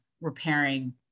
repairing